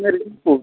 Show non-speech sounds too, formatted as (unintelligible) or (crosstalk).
मेरी (unintelligible)